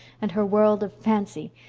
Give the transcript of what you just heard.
and her world of fancy,